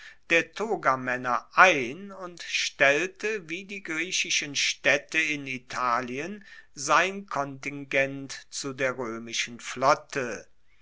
der togamaenner ein und stellte wie die griechischen staedte in italien sein kontingent zu der roemischen flotte